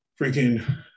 Freaking